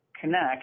connect